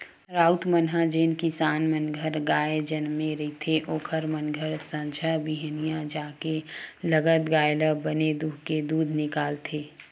राउत मन ह जेन किसान मन घर गाय जनमे रहिथे ओखर मन घर संझा बिहनियां जाके लगत गाय ल बने दूहूँके दूद निकालथे